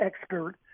expert